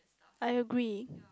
I agree